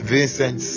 Vincent